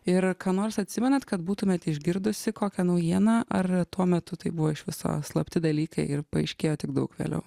ir ką nors atsimenat kad būtumėt išgirdusi kokią naujieną ar tuo metu tai buvo iš viso slapti dalykai ir paaiškėjo tik daug vėliau